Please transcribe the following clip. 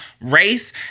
race